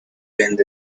bend